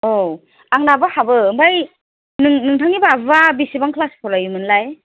औ आंनाबो हाबो आमफ्राइ नों नोंथांनि बाबुआ बेसेबां क्लास फरायोमोनलाय